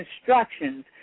instructions